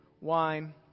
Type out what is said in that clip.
wine